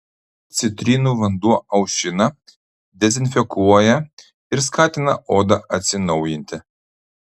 citrinų vanduo aušina dezinfekuoja ir skatina odą atsinaujinti